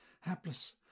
hapless